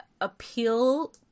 appeal